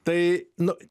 tai nu